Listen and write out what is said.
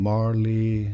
Marley